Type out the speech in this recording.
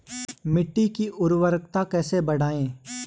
मिट्टी की उर्वरकता कैसे बढ़ायें?